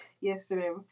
Yesterday